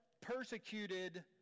persecuted